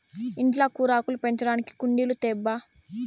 ఇంట్ల కూరాకులు పెంచడానికి కుండీలు తేబ్బా